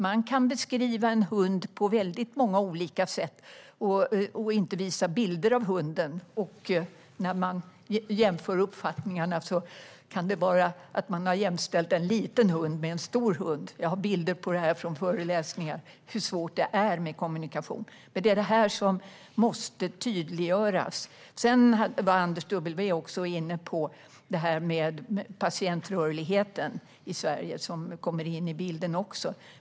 Man kan beskriva en hund på många olika sätt utan att visa bilder av hunden. När man sedan jämför uppfattningarna kan det vara så att en liten hund har jämställts med en stor hund. Jag har bilder från föreläsningar på hur svårt det kan vara med kommunikation. Men det är det här som måste tydliggöras. Anders W Jonsson var inne på patientrörligheten i Sverige, som även den kommer in i bilden.